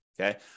Okay